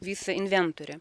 visą inventorių